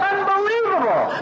Unbelievable